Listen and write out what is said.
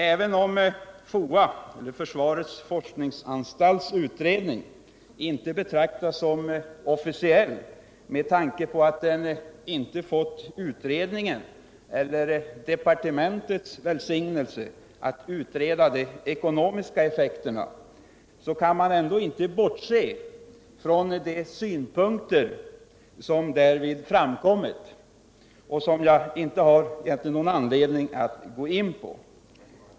Även om FOA:s utredning inte betraktas som officiell med tanke på att den inte har fått utredningens eller departementets välsignelse att utreda de ekonomiska effekterna, kan man inte bortse från de synpunkter som därvid framkommit men som jag inte har någon anledning att gå in på.